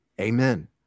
Amen